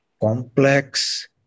complex